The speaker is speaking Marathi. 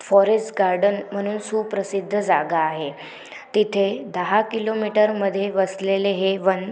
फॉरेस्ट गार्डन म्हणून सुप्रसिद्ध जागा आहे तिथे दहा किलोमीटरमध्ये वसलेले हे वन